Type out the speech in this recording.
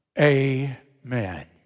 Amen